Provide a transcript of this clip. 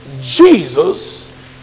Jesus